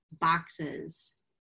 boxes